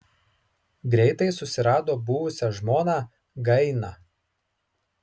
greitai susirado buvusią žmoną gainą